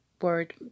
word